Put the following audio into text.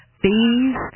fees